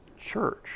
church